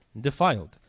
defiled